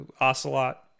Ocelot